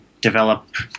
develop